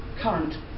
current